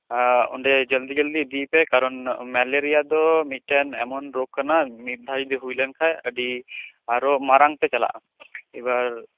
ᱚᱸᱰᱮ ᱡᱚᱞᱫᱤ ᱡᱚᱞᱫᱤ ᱤᱫᱤᱭᱮᱯᱮ ᱠᱟᱨᱚᱱ ᱢᱮᱞᱮᱨᱤᱭᱟ ᱫᱚ ᱢᱤᱜᱴᱮᱱ ᱮᱢᱚᱱ ᱨᱳᱜᱽ ᱠᱟᱱᱟ ᱢᱤᱜᱫᱷᱟᱣ ᱡᱩᱫᱤ ᱦᱩᱭ ᱞᱮᱱ ᱠᱷᱟᱡ ᱟ ᱰᱤ ᱟᱨᱚ ᱢᱟᱨᱟᱝ ᱛᱮ ᱪᱟᱞᱟᱜᱼᱟ ᱮᱵᱟᱨ